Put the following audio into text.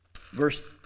verse